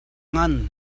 ngan